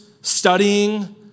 studying